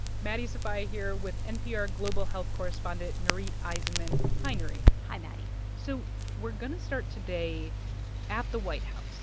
maddie sofia here with npr global health correspondent nurith aizenman. hi, nurith hi, maddie so we're going to start today at the white house.